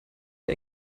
wir